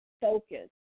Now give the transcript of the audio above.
focus